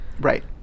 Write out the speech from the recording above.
right